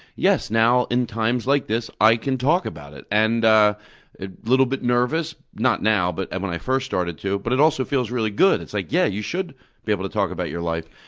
yes, now in times like this, i can talk about it. and a little bit nervous, not now, but and when i first started to, but it also feels really good. it's like, yeah, you should be able to talk about your life.